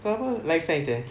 kau apa life science eh